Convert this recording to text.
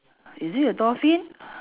is it a dolphin